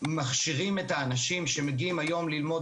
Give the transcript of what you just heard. מכשירים את האנשים שמגיעים היום ללמוד